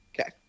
Okay